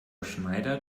schneider